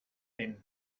vent